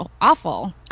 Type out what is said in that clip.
awful